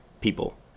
people